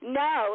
no